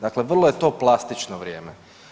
Dakle, vrlo je to plastično vrijeme.